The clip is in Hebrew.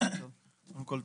קודם כול,